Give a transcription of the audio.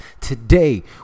Today